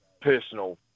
personal